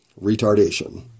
retardation